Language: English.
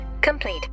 complete